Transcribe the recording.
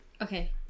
Okay